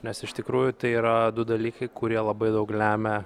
nes iš tikrųjų tai yra du dalykai kurie labai daug lemia